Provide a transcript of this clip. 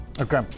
Okay